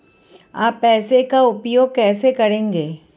आप पैसे का उपयोग कैसे करेंगे?